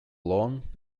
long